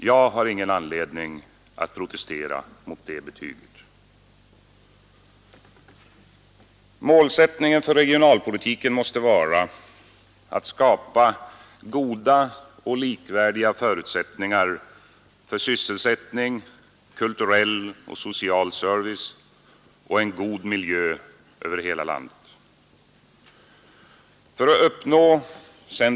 Jag har ingen anledning att protestera mot det betyget. Målsättningen för regionalpolitiken måste vara att skapa goda och likvärdiga förutsättningar för att få sysselsättning, kulturell och social service, och en god miljö över hela landet.